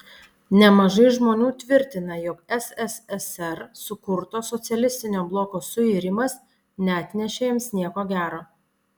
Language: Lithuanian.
nemažai žmonių tvirtina jog sssr sukurto socialistinio bloko suirimas neatnešė jiems nieko gero